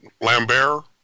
Lambert